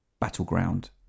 Battleground